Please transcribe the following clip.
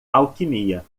alquimia